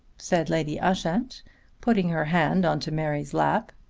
said lady ushant putting her hand on to mary's lap.